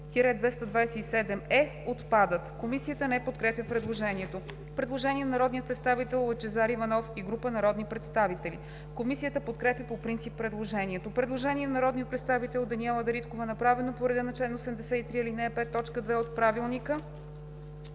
– 227е отпадат.“ Комисията не подкрепя предложението. Предложение на народния представител Лъчезар Иванов и група народни представители. Комисията подкрепя по принцип предложението. Предложение на народния представител Даниела Дариткова, направено по реда на чл. 83, ал. 5, т. 2 от Правилника.